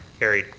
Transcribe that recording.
carried.